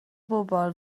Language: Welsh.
bobl